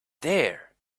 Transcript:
there